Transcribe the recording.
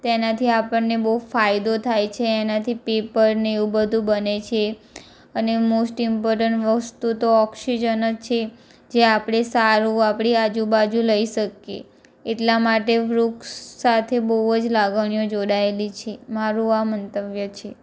તેનાથી આપણને બહુ ફાયદો થાય છે એનાથી પેપરને એવું બધું બને છે અને મોસ્ટ ઈમ્પોર્ટન્ટ વસ્તુ તો ઓક્સિજન જ છે જે આપણે સારું આપણી આજુબાજુ લઈ શકીએ એટલા માટે વૃક્ષ સાથે બહુ જ લાગણીઓ જોડાયેલી છે મારું આ મંતવ્ય છે